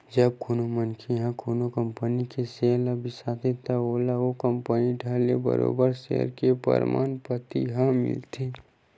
जब कोनो मनखे ह कोनो कंपनी के सेयर ल बिसाथे त ओला ओ कंपनी डाहर ले बरोबर सेयर के परमान पाती ह मिलथे